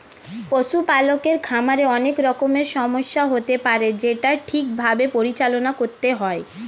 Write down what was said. পশু পালকের খামারে অনেক রকমের সমস্যা হতে পারে সেটা ঠিক ভাবে পরিচালনা করতে হয়